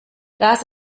das